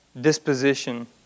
disposition